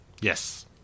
Yes